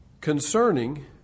concerning